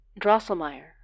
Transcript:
Drosselmeyer